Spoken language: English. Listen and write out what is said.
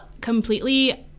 completely